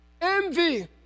Envy